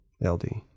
LD